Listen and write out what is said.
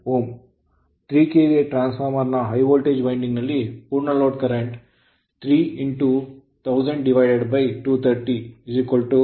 3 KVA transformer ನ high voltage winding ನಲ್ಲಿ ಪೂರ್ಣ ಲೋಡ್ ಕರೆಂಟ್ 3 1000 230 13